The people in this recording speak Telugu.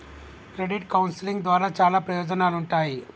క్రెడిట్ కౌన్సిలింగ్ ద్వారా చాలా ప్రయోజనాలుంటాయి